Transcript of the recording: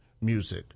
music